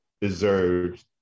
deserved